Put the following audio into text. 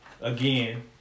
again